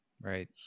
right